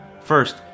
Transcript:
First